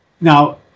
Now